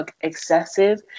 excessive